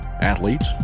athletes